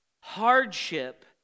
Hardship